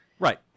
Right